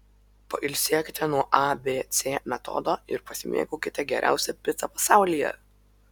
pailsėkite nuo abc metodo ir pasimėgaukite geriausia pica pasaulyje